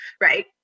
right